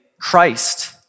Christ